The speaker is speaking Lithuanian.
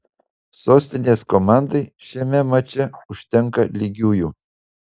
sostinės komandai šiame mače užtenka lygiųjų